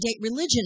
religion